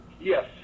Yes